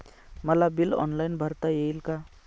मला bill online भरता येईल का?